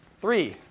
Three